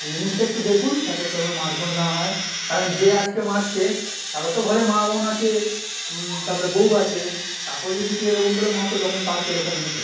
এই জিনিসটা একটু দেখুন যাতে কোনো মারধর না হয় কারণ যে আজকে মারছে তারও তো ঘরে মা বোন আছে তারপরে বউ আছে তাকেও যদি কেউ এরকম করে মারতো তখন তার কিরকম হতো